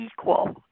equal